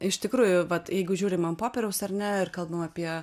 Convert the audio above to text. iš tikrųjų vat jeigu žiūrim ant popieriaus ar ne ir kalbam apie